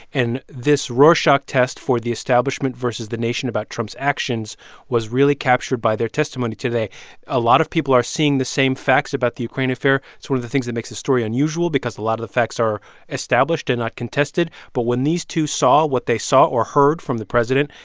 and this rorschach test for the establishment versus the nation about trump's actions was really captured by their testimony today a lot of people are seeing the same facts about the ukraine affair. it's one sort of the things that makes this story unusual because a lot of the facts are established and not contested. but when these two saw what they saw or heard from the president,